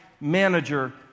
manager